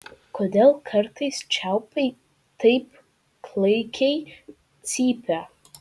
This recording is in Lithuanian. kodėl kartais čiaupai taip klaikiai cypia